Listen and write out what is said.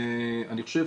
אני חושב,